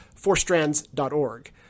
fourstrands.org